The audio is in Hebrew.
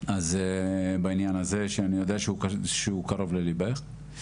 אז בעניין הזה שאני יודע שהוא קרוב לליבך.